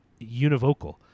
univocal